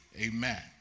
Amen